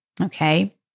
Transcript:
Okay